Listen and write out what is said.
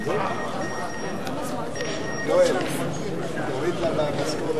רע"ם-תע"ל וקבוצת סיעת